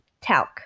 talc